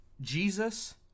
Jesus